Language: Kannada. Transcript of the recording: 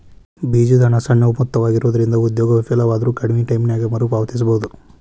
ಬೇಜದ ಹಣ ಸಣ್ಣ ಮೊತ್ತವಾಗಿರೊಂದ್ರಿಂದ ಉದ್ಯೋಗ ವಿಫಲವಾದ್ರು ಕಡ್ಮಿ ಟೈಮಿನ್ಯಾಗ ಮರುಪಾವತಿಸಬೋದು